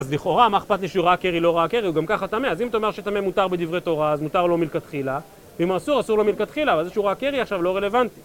אז לכאורה, מה אכפת לי שהוא ראה קרי, לא ראה קרי? הוא גם ככה טמא. אז אם אתה אומר שטמא מותר בדברי תורה, אז מותר לו מלכתחילה. ואם אסור, אסור לו מלכתחילה. אבל זה שהוא ראה קרי עכשיו לא רלוונטי.